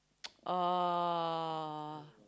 oh